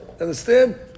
Understand